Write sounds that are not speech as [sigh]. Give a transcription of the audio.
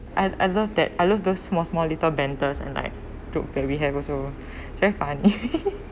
I I love that I love those small small little benders and like joke that we have also it's very funny [laughs]